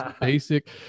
basic